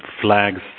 flags